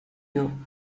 you